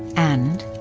and,